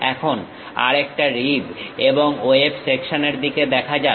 এখন আরেকটা রিব এবং ওয়েব সেকশনের দিকে দেখা যাক